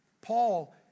Paul